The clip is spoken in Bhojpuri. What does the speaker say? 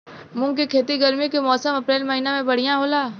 मुंग के खेती गर्मी के मौसम अप्रैल महीना में बढ़ियां होला?